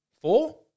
four